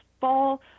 fall